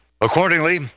Accordingly